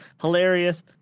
hilarious